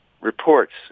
reports